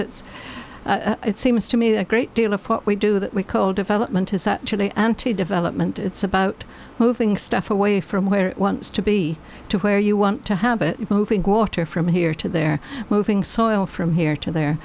it's it seems to me a great deal of what we do that we call development today and to development it's about moved stuff away from where it wants to be to where you want to have it moving water from here to there moving soil from here to there